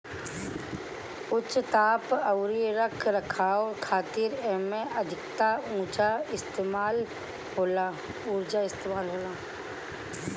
उच्च ताप अउरी रख रखाव खातिर एमे अधिका उर्जा इस्तेमाल होला